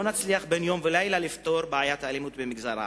ולא נצליח בן-לילה לפתור את בעיית האלימות במגזר הערבי.